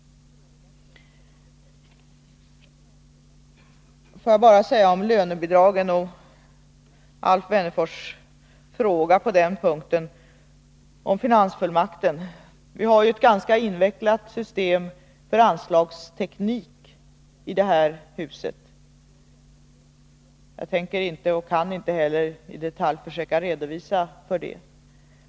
Får jag säga om lönebidragen och till svar på Alf Wennerfors fråga på den punkten om finansfullmakten, att vi har ett ganska invecklat system för anslagsbeviljande i det här huset. Jag tänker inte — och kan inte heller — i detalj redovisa det.